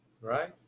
Right